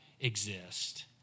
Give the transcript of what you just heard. exist